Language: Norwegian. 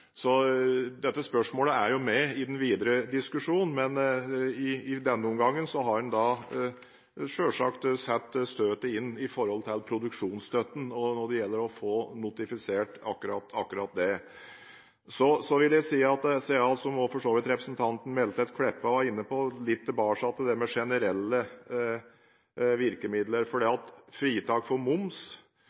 Dette spørsmålet er jo med i den videre diskusjonen, men i denne omgangen har en da selvsagt satt inn støtet på produksjonsstøtten når det gjelder å få notifisert akkurat dette. Så vil jeg litt tilbake til det med generelle virkemidler, som for så vidt også representanten Meltveit Kleppa var inne på: Fritak for moms gir ikke bare avgrensningsutfordringer, men det